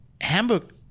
Hamburg